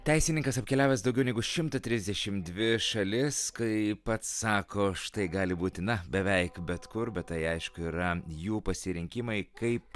teisininkas apkeliavęs daugiau negu šimtą trisdešim dvišalis kai pats sako štai gali būti na beveik bet kur bet tai aišku yra jų pasirinkimai kaip